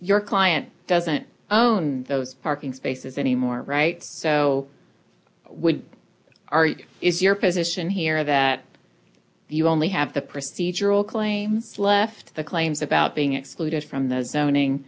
your client doesn't own those parking spaces anymore right so when are you if your position here that you only have the procedural claim left the claims about being excluded from the moaning